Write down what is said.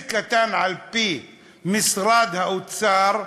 על-פי משרד האוצר,